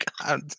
god